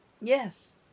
Yes